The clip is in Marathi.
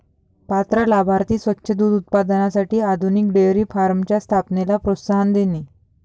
पात्र लाभार्थी स्वच्छ दूध उत्पादनासाठी आधुनिक डेअरी फार्मच्या स्थापनेला प्रोत्साहन देणे